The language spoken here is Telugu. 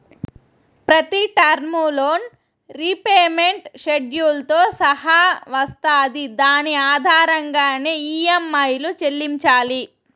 ప్రతి టర్ము లోన్ రీపేమెంట్ షెడ్యూల్తో సహా వస్తాది దాని ఆధారంగానే ఈ.యం.ఐలు చెల్లించాలి